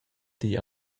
digl